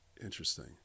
Interesting